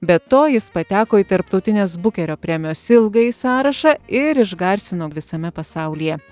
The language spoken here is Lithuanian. be to jis pateko į tarptautinės bukerio premijos ilgąjį sąrašą ir išgarsino visame pasaulyje